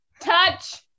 touch